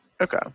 Okay